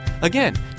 Again